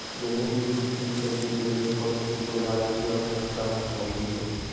गेंहू की खेती के लिए कौन सी जलवायु की आवश्यकता होती है?